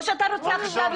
אז לא